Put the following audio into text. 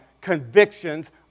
convictions